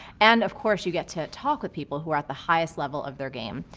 and, of course, you get to talk with people who are at the highest level of their game.